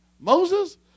Moses